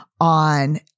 on